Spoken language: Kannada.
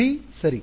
ಬಿ ಸರಿ